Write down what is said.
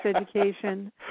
education